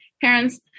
parents